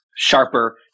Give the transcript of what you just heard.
sharper